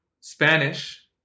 Spanish